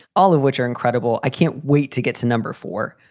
all of which are incredible. i can't wait to get to number four,